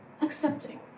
accepting